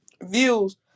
Views